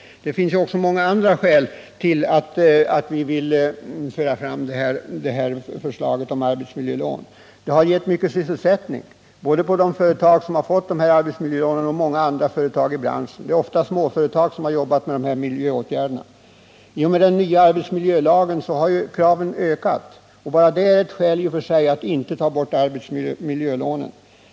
Det finns också många andra skäl till att vi vill föra fram förslaget om arbetsmiljölån. Ett annat sådant är att arbetsmiljölånen har gett mycket sysselsättning, både på de företag som har fått dessa lån och på många andra företag i branschen. Det är ofta småföretag som har jobbat med arbetsmiljöåtgärderna och leveranser därtill. I och med den nya arbetsmiljölagens tillkomst har kraven ökat — och bara det är ju ett skäl för att inte ta bort arbetsmiljölånen.